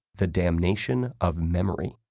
the damnation of memory.